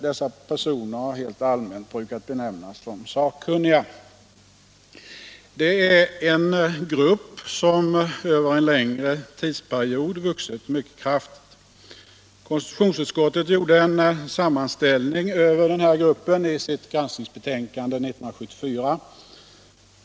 Dessa personer har helt allmänt brukat benämnas som sakkunniga. Det är en grupp som över en längre tidsperiod vuxit mycket kraftigt. Konstitutionsutskottet gjorde en sammanställning över den här gruppen i sitt granskningsbetänkande 1974.